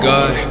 God